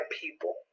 people